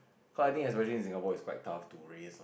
so I think especially in Singapore it's quite tough to raise